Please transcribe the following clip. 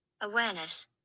awareness